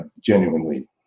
genuinely